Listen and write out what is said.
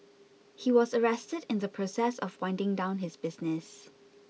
he was arrested in the process of winding down his business